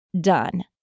done